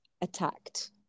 attacked